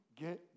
get